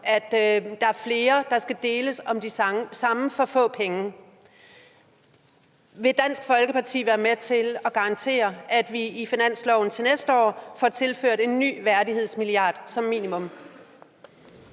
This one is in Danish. at der er flere, der skal deles om det samme for få penge. Vil Dansk Folkeparti være med til at garantere, at vi på finansloven næste år får tilført en ny værdighedsmilliard, som minimum?